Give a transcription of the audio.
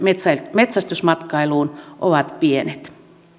metsästysmatkailuun ovat pienet